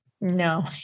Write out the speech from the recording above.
No